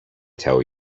tell